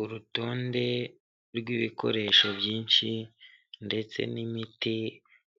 Urutonde rw'ibikoresho byinshi ndetse n'imiti